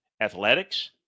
athletics